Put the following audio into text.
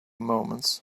moments